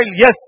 Yes